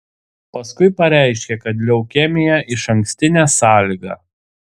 paskui pareiškė kad leukemija išankstinė sąlyga